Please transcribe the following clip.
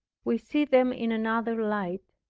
we see them in another light.